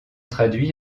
traduits